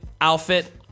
outfit